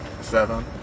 Seven